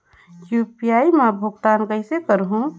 UPI मा भुगतान कइसे करहूं?